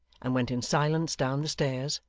and went in silence down the stairs,